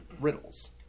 riddles